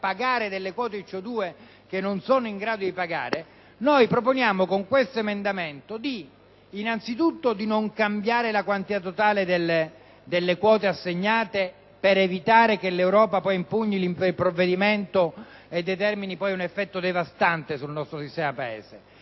pagare delle quote di CO2 che non sono in grado di pagare. Per questo con il presente emendamento proponiamo innanzitutto di non cambiare la quantità totale delle quote assegnate, per evitare che l'Europa impugni il provvedimento e determini un effetto devastante sul nostro sistema Paese: